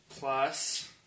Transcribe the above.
Plus